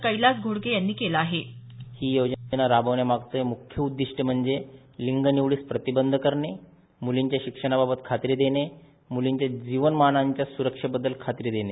कैलास घोडके यांनी केलं आहे ही योजना राबवण्यामागचे मुख्य उद्दिष्ट म्हणजे लिंग निवडीस प्रतिबंध करणे मुलींच्या शिक्षणाबाबत खात्री देणे मुलींच्या जीवनमानाच्या सूरक्षेबाबत खात्री देणे